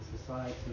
society